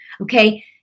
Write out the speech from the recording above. okay